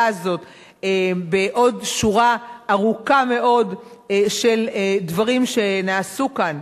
הזאת בעוד שורה ארוכה מאוד של דברים שנעשו כאן,